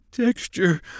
texture